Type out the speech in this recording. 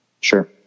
Sure